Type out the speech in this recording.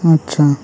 ᱟᱪᱪᱷᱟ